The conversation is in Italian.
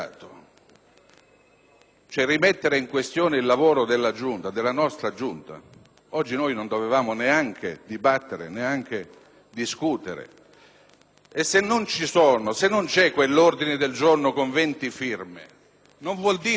a rimettere in questione il lavoro svolto dalla nostra Giunta. Oggi non dovevamo neanche dibattere o discutere. Se non c'è quell'ordine del giorno con venti firme non vuol dire qualcosa?